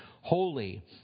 holy